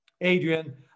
Adrian